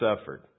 suffered